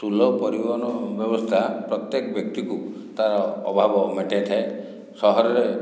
ସୁଲଭ ପରିବହନ ବ୍ୟବସ୍ଥା ପ୍ରତ୍ୟେକ ବ୍ୟକ୍ତିକୁ ତା'ର ଅଭାବ ମେଣ୍ଟାଇ ଥାଏ ସହରରେ